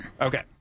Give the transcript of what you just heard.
Okay